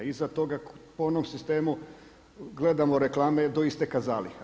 Iza toga po onom sistemu gledamo reklame, do isteka zaliha.